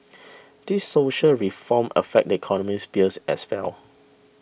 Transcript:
these social reforms affect the economic spheres as well